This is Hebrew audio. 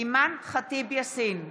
אימאן ח'טיב יאסין,